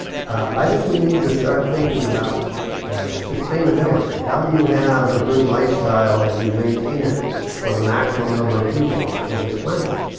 i think we need to start thinking about sustainability. how do you have a good lifestyle and you maintain it for the maximum number of people on this planet?